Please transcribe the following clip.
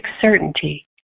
certainty